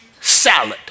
salad